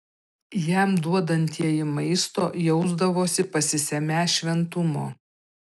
jam duodantieji maisto jausdavosi pasisemią šventumo